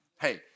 Hey